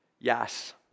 Yes